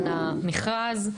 המכרז,